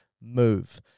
move